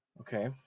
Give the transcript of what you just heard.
okay